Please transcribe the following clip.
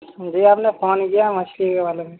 جی آپ نے فون کیا مچھلی کے بارے میں